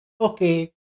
okay